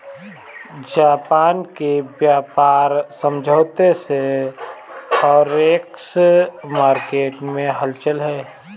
Japan के व्यापार समझौते से फॉरेक्स मार्केट में हलचल है